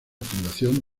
fundación